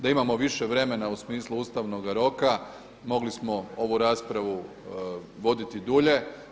Da imamo više vremena u smislu ustavnoga roka mogli smo ovu raspravu voditi dulje.